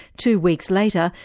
two weeks later,